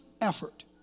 effort